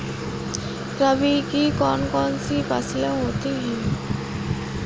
रबी की कौन कौन सी फसलें होती हैं?